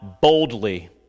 boldly